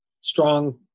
strong